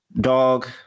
dog